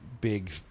big